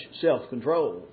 self-control